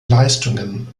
leistungen